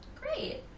Great